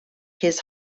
his